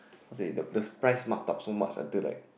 cause they the price marked up so much until like